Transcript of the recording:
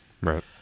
Right